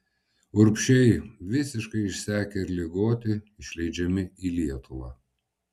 urbšiai visiškai išsekę ir ligoti išleidžiami į lietuvą